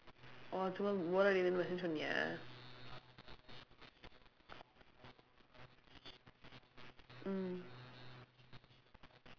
orh சும்மா:summaa bore அடிக்குதுன்னு:adikkuthunnu message பண்ணியா:panniyaa mm